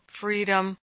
freedom